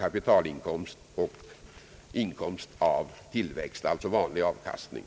Kapitaluttaget skall inte beskattas som inkomst av tillväxt, dvs. som vanlig avkastning.